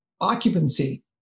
occupancy